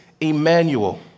Emmanuel